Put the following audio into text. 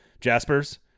jasper's